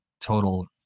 total